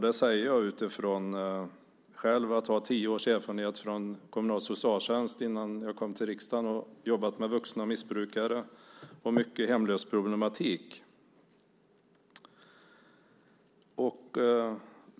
Detta säger jag utifrån att jag själv, när jag kom till riksdagen, hade tio års erfarenhet från kommunal socialtjänst efter att ha jobbat med vuxna missbrukare och mycket hemlöshetsproblematik.